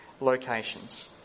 locations